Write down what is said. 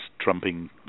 trumping